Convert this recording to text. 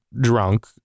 drunk